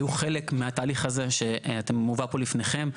היו חלק מהתהליך הזה שמובא פה לפניכם.